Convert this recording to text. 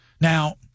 Now